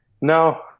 no